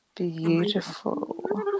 beautiful